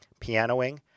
pianoing